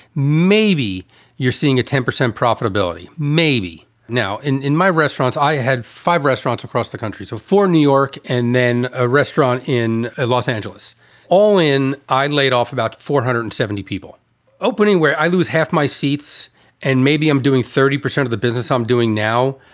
maybe you're seeing a ten percent profitability maybe now in in my restaurants. i had five restaurants across the country. so for new york and then a restaurant in los angeles all in i laid off about four hundred and seventy people opening where i lose half my seats and maybe i'm doing thirty percent of the business i'm doing now.